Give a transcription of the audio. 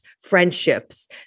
friendships